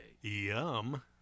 Yum